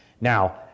Now